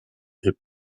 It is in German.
hip